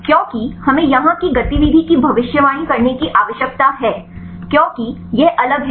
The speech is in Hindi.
क्योंकि हमें यहां की गतिविधि की भविष्यवाणी करने की आवश्यकता है क्योंकि यह अलग है